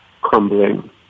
crumbling